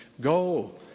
Go